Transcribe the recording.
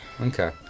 Okay